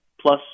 plus